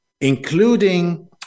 including